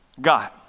God